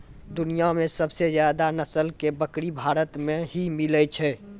दुनिया मॅ सबसे ज्यादा नस्ल के बकरी भारत मॅ ही मिलै छै